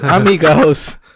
Amigos